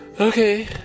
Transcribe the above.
Okay